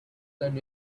than